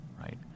Right